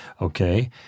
okay